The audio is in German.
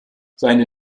seine